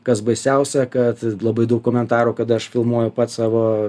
kas baisiausia kad labai daug komentarų kada aš filmuoju pats savo